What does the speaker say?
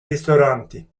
ristoranti